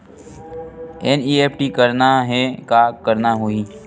NEFT करना हे का करना होही?